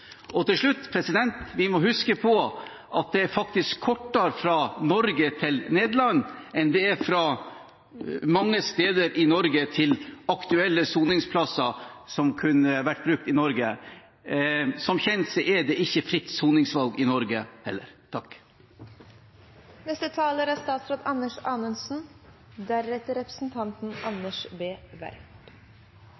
Til slutt: Vi må huske på at det faktisk er kortere fra Norge til Nederland enn det er fra mange steder i Norge til aktuelle soningsplasser som kunne vært brukt i Norge. Som kjent er det ikke fritt soningsvalg i Norge heller.